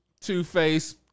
Two-Face